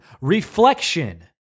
reflection